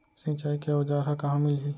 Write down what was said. सिंचाई के औज़ार हा कहाँ मिलही?